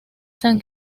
san